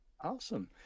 Awesome